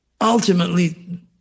ultimately